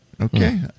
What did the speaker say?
Okay